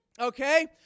Okay